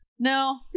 No